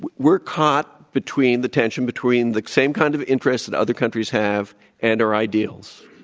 we're caught between the tension between the same kind of interest that other countries have and our ideals.